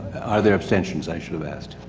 are there abstentions? i should have asked.